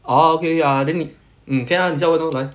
orh okay ah then 你 okay ah 你